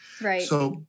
Right